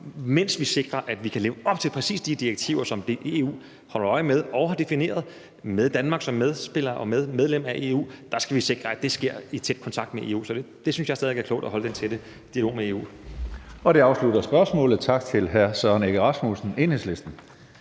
mens vi sikrer, at vi kan leve op til præcis de direktiver, som EU holder øje med og har defineret med Danmark som medspiller og medlem af EU. Der skal vi sikre, at det sker i tæt kontakt med EU. Så jeg synes stadig væk, det er klogt at holde den tætte dialog med EU. Kl. 16:34 Tredje næstformand (Karsten Hønge): Det afslutter spørgsmålet. Tak til hr. Søren Egge Rasmussen, Enhedslisten.